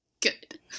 Good